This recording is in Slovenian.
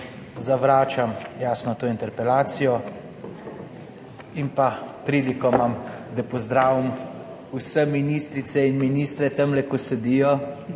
zavračam jasno to interpelacijo in pa priliko imam, da pozdravim vse ministrice in ministre tamle, ki sedijo,